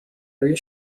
روی